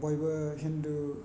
बयबो हिन्दु